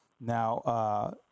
Now